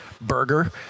burger